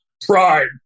pride